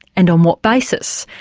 and on what basis,